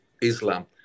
Islam